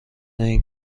این